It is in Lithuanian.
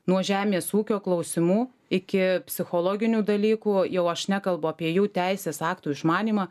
nuo žemės ūkio klausimų iki psichologinių dalykų jau aš nekalbu apie jų teisės aktų išmanymą